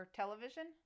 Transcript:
television